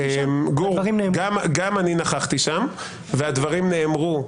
גור, גם אני נכחתי שם והדברים נאמרו.